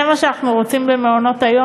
זה מה שאנחנו רוצים במעונות-היום?